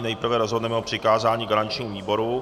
Nejprve rozhodneme o přikázání garančnímu výboru.